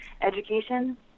education